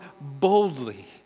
boldly